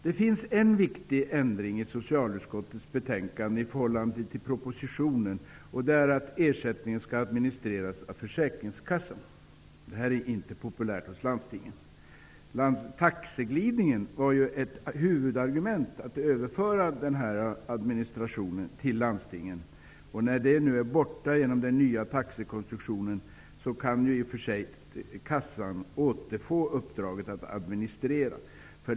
Det finns en viktig ändring i socialutskottets betänkande i förhållande till propositionen, och det är att ersättningen skall administreras av försäkringskassan. Det är inte populärt hos landstingen. Taxeglidningen var ju huvudargumentet för att överföra administrationen till landstingen. När nu det är borta genom den nya taxekonstruktionen, kan kassan i och för sig återfå uppdraget att administrera det hela.